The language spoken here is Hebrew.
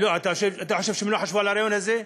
אתה חושב שהם לא חשבו על הרעיון הזה?